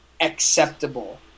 acceptable